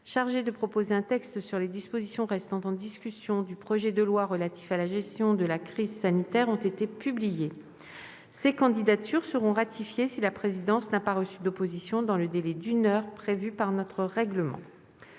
chargée de proposer un texte sur les dispositions restant en discussion du projet de loi relatif à la gestion de la crise sanitaire ont été publiées. Ces candidatures seront ratifiées si la présidence n'a pas reçu d'opposition dans le délai d'une heure prévue par notre règlement.